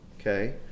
okay